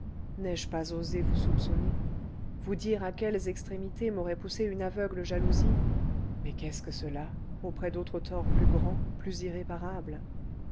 n'ai-je pas osé vous soupçonner vous dire à quelles extrémités m'aurait poussé une aveugle jalousie mais qu'est-ce que cela auprès d'autres torts plus grands plus irréparables